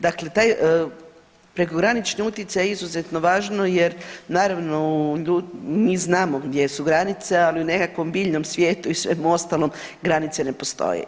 Dakle taj prekogranični utjecaj je izuzetno važno jer naravno u, mi znamo gdje su granice, ali u nekakvom biljnom svijetu i svemu ostalom granice ne postoje.